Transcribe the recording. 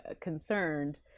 concerned